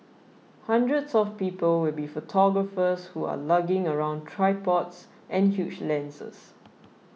hundreds of people will be photographers who are lugging around tripods and huge lenses